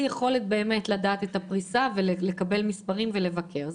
יכולת לדעת את הפריסה ולקבל מספרים ולבקר.